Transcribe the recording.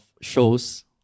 shows